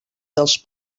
dels